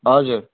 हजुर